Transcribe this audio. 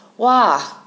!wah!